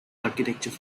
architecture